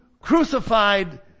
crucified